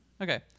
Okay